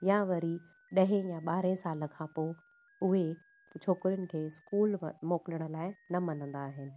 या वरी ॾहें या ॿारहें साल खां पोइ उहे छोकिरियुनि खे स्कूल मोकिलिण लाइ न मञंदा आहिनि